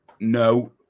No